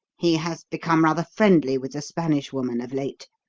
he has become rather friendly with the spanish woman of late.